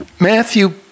Matthew